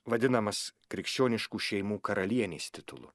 vadinamas krikščioniškų šeimų karalienės titulu